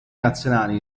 nazionali